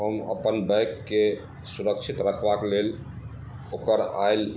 हम अपन बाइकके सुरक्षित रखबाक लेल ओकर आयल